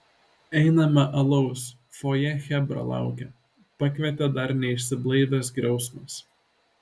einame alaus fojė chebra laukia pakvietė dar neišsiblaivęs griausmas